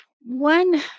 one